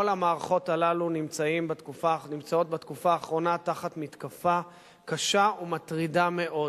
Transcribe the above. כל המערכות האלה נמצאות בתקופה האחרונה תחת מתקפה קשה ומטרידה מאוד.